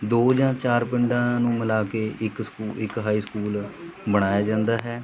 ਦੋ ਜਾਂ ਚਾਰ ਪਿੰਡਾਂ ਨੂੰ ਮਿਲਾ ਕੇ ਇੱਕ ਸਕੂਲ ਇੱਕ ਹਾਈ ਸਕੂਲ ਬਣਾਇਆ ਜਾਂਦਾ ਹੈ